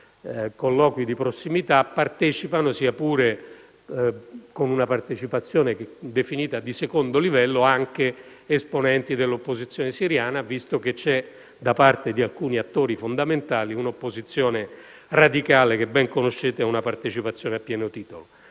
ai colloqui di prossimità partecipano, sia pure con una partecipazione definita di secondo livello, anche esponenti dell'opposizione siriana, visto che c'è da parte di alcuni attori fondamentali un'opposizione radicale, che ben conoscete, a una partecipazione a pieno titolo.